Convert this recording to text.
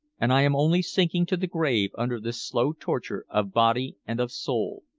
and i am only sinking to the grave under this slow torture of body and of soul.